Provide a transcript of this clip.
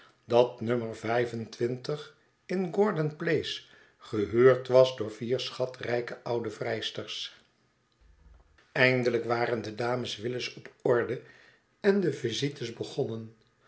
dat no in gordonplace gehuurd was door vier schatrijke oude vrijsters eindelijk waren de dames willis op orde en de visites begonnen